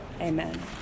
amen